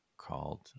called